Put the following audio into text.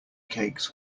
cakes